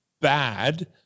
bad